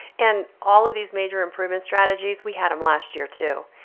and all of these major improvement strategies, we had them last year too.